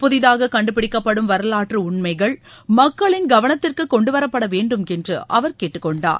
புதிதாக கண்டுப்பிடிக்கப்படும் வரவாற்று உண்மைகள் மக்களின் கவனத்திற்கு கொண்டுவரப்பட வேண்டும் என்று அவர் கேட்டுக்கொண்டார்